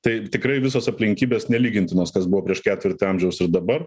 tai tikrai visos aplinkybės nelygintinos kas buvo prieš ketvirtį amžiaus ir dabar